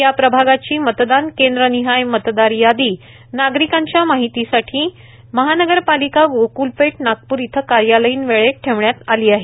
या प्रभागाची मतदान केंद्रनिहाय मतदार यादी नागरिकांच्या माहितीसाठी महानगरपालिका गोक्लपेठ नागप्र इथं कार्यालयीन वेळेत ठेवण्यात आलेली आहे